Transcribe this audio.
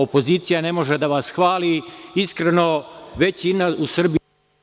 Opozicija ne može da vas hvali, iskreno već u Srbiji…